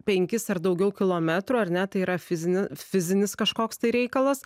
penkis ar daugiau kilometrų ar ne tai yra fizinis fizinis kažkoks tai reikalas